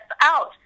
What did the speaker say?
out